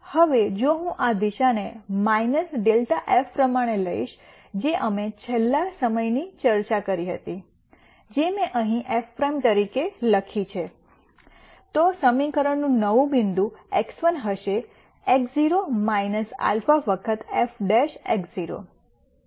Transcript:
હવે જો હું આ દિશાને ∇એફ પ્રમાણે લઈશ જે અમે છેલ્લા સમયની ચર્ચા કરી હતી જે મેં અહીં f પ્રાઇમ તરીકે લખી છે તો સમીકરણ નવું બિંદુ x1 હશે x0 α વખત f